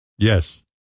Yes